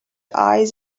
eyes